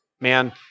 man